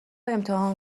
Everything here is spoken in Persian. امتحان